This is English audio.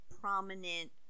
prominent